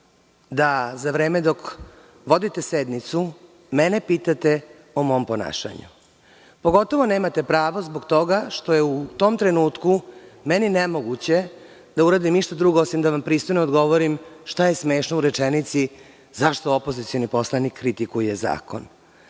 da za vreme dok vodite sednicu mene pitate o mom ponašanju. Pogotovo nemate pravo zbog toga što je u tom trenutku meni nemoguće da uradim išta drugo osim da vam pristojno odgovorim šta je smešno u rečenici zašto opozicioni poslanik kritikuje